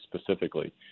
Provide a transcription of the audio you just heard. specifically